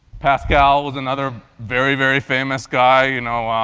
pascal was another very, very famous guy. you know,